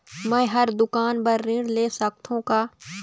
मैं हर दुकान बर ऋण ले सकथों का?